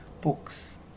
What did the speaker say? books